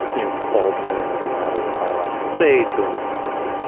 you know, befalls men as a matter of biological fate and, you know,